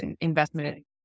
investment